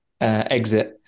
exit